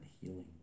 healing